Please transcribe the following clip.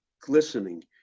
glistening